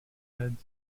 bed